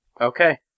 Okay